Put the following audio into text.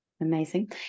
Amazing